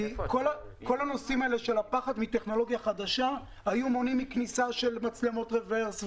כל הנושאים של הפחד מטכנולוגיה חדשה היו מונעים כניסה של מצלמות רברס,